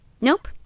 Nope